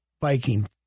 Viking